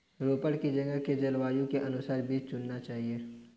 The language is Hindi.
रोपड़ की जगह के जलवायु के अनुसार बीज चुनना चाहिए